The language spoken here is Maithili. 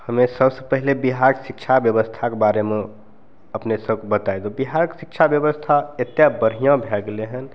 हमे सबसँ पहिले बिहारके शिक्षा व्यवस्थाके बारेमे अपने सबके बताय दी बिहारके शिक्षा व्यवस्था एतेक बढ़िआँ भए गेलय हन